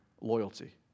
loyalty